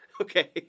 Okay